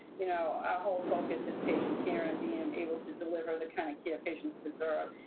you know, our whole focus is patient care and being able to deliver the kind of care patients deserve.